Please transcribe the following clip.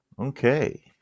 Okay